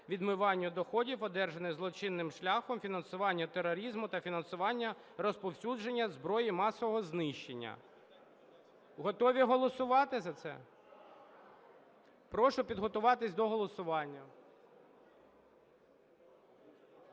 (відмиванню) доходів, одержаних злочинним шляхом, фінансуванню тероризму та фінансуванню розповсюдження зброї масового знищення. Готові голосувати за це? Прошу підготуватись до голосування.